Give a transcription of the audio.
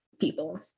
people